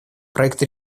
проект